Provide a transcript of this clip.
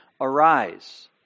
arise